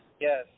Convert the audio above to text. Yes